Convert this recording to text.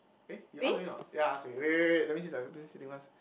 eh you ask already not ya ask already wait wait wait let me see the let me see this first